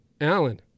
Alan